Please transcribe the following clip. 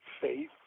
faith